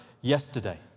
yesterday